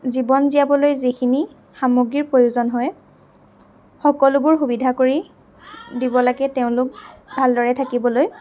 জীৱন জীয়াবলৈ যিখিনি সামগ্ৰীৰ প্ৰয়োজন হয় সকলোবোৰ সুবিধা কৰি দিব লাগে তেওঁলোক ভালদৰে থাকিবলৈ